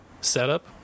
setup